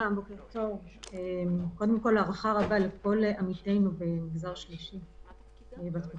אני מבקש לקיים דיון ספציפית על כל הנושאים שנעלה ואני אשלח